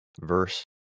verse